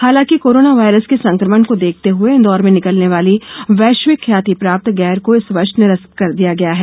हालांकि corona virus के संकमण को देखते हुए इंदौर में निकलने वाली वैष्यिक ख्याति प्राप्त गेर को इस वर्ष निरस्त कर दिया गया है